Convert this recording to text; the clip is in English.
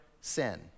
sin